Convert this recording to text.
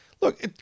look